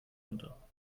unter